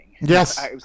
Yes